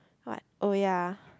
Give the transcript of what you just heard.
what oh ya